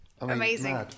Amazing